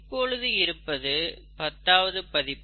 இப்பொழுது இருப்பது பத்தாவது பதிப்பு